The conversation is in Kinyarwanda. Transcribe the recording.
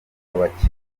abakinnyi